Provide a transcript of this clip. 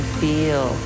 feel